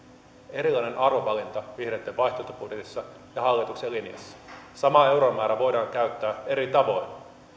erilainen arvovalinta vihreitten vaihtoehtobudjetissa ja hallituksen linjassa sama euromäärä voidaan käyttää eri tavoin